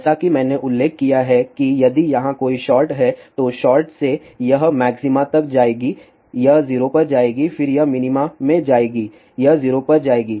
जैसा कि मैंने उल्लेख किया है कि यदि यहां कोई शॉर्ट है तो शॉर्ट से यह मैक्सिमा तक जाएगी यह 0 पर जाएगी फिर यह मिनीमा में जाएगी यह 0 पर जाएगी